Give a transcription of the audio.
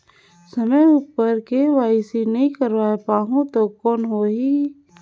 समय उपर के.वाई.सी नइ करवाय पाहुं तो कौन होही?